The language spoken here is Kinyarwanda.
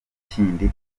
kindi